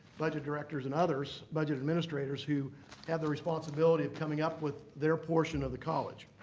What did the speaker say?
budget directors and others, budget administrators who have the responsibility of coming up with their portion of the college.